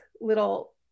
little